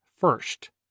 first